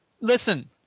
listen